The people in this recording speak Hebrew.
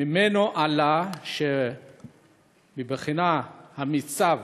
וממנו עלה שבבחינת המיצ"ב